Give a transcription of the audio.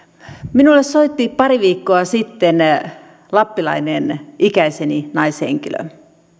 minulle soitti pari viikkoa sitten lappilainen ikäiseni naishenkilö